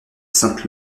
sainte